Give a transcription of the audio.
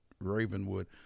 Ravenwood